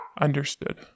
understood